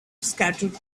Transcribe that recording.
scattered